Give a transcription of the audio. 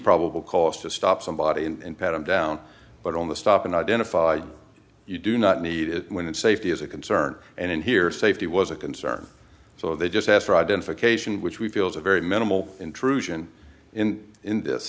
probable cause to stop somebody and pet him down but on the stop and identify you do not need it when its safety is a concern and here safety was a concern so they just asked for identification which we feel is a very minimal intrusion in in this